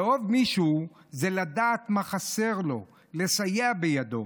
לאהוב מישהו זה לדעת מה חסר לו, לסייע בידו.